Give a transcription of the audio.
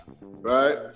right